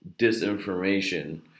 disinformation